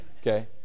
okay